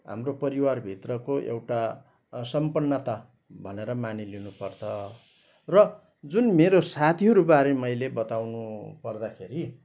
हाम्रो परिवार भित्रको एउटा सम्पन्नता भनेर मानिलिनु पर्छ र जुन मेरो साथीहरू बारे मैले बताउनु पर्दाखेरि